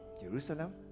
Jerusalem